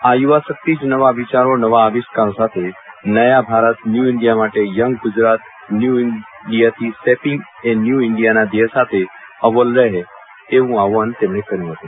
આ યુવાશક્તિ જ નવા વિચારો નવા આવિષ્કારો સાથે નયા ભારત ન્યુ ઇન્ડિયા માટે યંગ ગુજરાત ન્યુ ઇન્ડિયા થી શેપિંગ એ ન્યુ ઇન્ડિયા ના ધ્યેય સાથે અવ્વલ રહે એવું આહવાન તેમણે કર્યું હતું